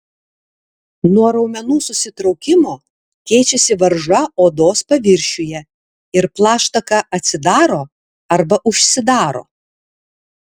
nuo raumenų susitraukimo keičiasi varža odos paviršiuje ir plaštaka atsidaro arba užsidaro